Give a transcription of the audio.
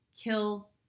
kill